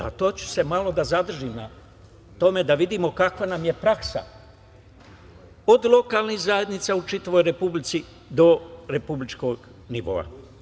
Malo ću se zadržati na tome, da bi videli kakva nam je praksa, od lokalnih zajednica u čitavoj Republici, do republičkog nivoa.